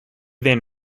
then